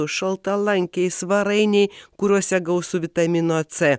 šaltalankiai svarainiai kuriuose gausu vitamino c